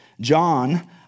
John